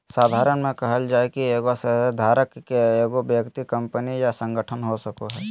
साधारण में कहल जाय कि एगो शेयरधारक के एगो व्यक्ति कंपनी या संगठन हो सको हइ